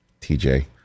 TJ